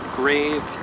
grave